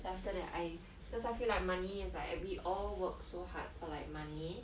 then after that I cause I feel like money is like every~ all work so hard for like money